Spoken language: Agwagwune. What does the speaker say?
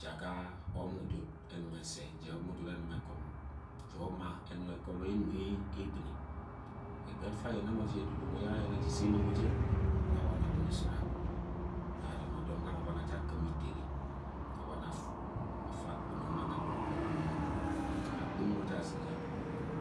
Ja ga ome udud enung ese ja ome udud enung ekọmo ja oma enung ekomo ye enung egbɨ̃m egbe afa ayene mo de edudu nwe ise enɨ̃mo je, nọ aboni awuni sood akung aneme odom gang nwe aboni aja akɨ̃m itere abo̱ni afu akpɨ̃n oma nwe gbogbori gwud akɨ̃n mo je azine